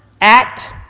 Act